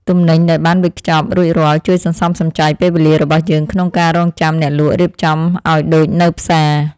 ទំនិញដែលបានវេចខ្ចប់រួចរាល់ជួយសន្សំសំចៃពេលវេលារបស់យើងក្នុងការរង់ចាំអ្នកលក់រៀបចំឱ្យដូចនៅផ្សារ។